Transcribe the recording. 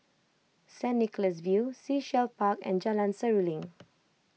Saint Nicholas View Sea Shell Park and Jalan Seruling